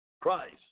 Christ